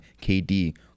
KD